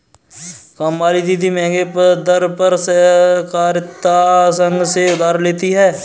कामवाली दीदी महंगे दर पर सहकारिता संघ से उधार लेती है